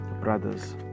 brothers